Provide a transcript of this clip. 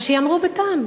אבל שייאמרו בטעם,